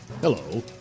Hello